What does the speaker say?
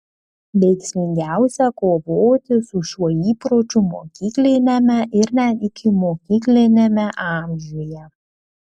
veiksmingiausia kovoti su šiuo įpročiu mokykliniame ir net ikimokykliniame amžiuje